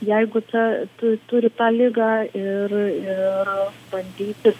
jeigu ta tu turi tą ligą ir ir bandyti